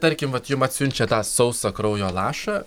tarkim vat jum atsiunčia tą sausą kraujo lašą